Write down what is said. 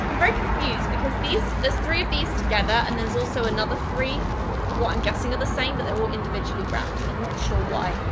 ah very confused because these there's three of these together and there's also another three of what i'm guessing are the same but they're all individually wrapped and i'm not sure why.